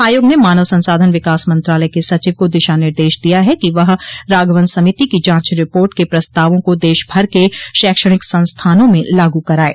आयोग ने मानव संसाधन विकास मंत्रालय के सचिव को दिशा निर्देश दिया है कि वह राघवन समिति की जांच रिपोर्ट के प्रस्तावों को देश भर के शैक्षणिक संस्थानों में लागू कराये